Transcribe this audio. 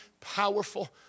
powerful